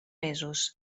mesos